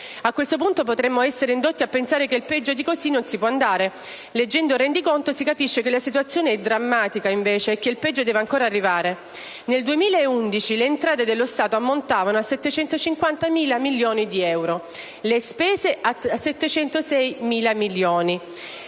A questo punto, potremmo essere indotti a pensare che peggio di così non può andare. Leggendo il rendiconto si capisce invece che la situazione è drammatica e che il peggio deve ancora arrivare. Nel 2011, le entrate dello Stato ammontavano a circa 750.000 milioni di euro e le spese a 706.000 milioni;